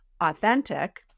authentic